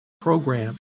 program